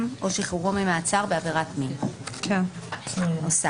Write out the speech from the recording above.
או שחרורו ממעצר בעבירת מין." הוספנו.